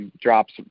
drops